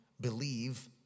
believe